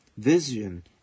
vision